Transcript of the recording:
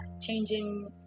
changing